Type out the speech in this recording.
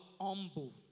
humble